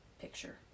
picture